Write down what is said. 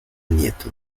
nieto